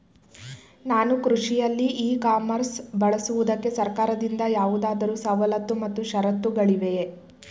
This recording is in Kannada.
ನಾನು ಕೃಷಿಯಲ್ಲಿ ಇ ಕಾಮರ್ಸ್ ಬಳಸುವುದಕ್ಕೆ ಸರ್ಕಾರದಿಂದ ಯಾವುದಾದರು ಸವಲತ್ತು ಮತ್ತು ಷರತ್ತುಗಳಿವೆಯೇ?